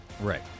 Right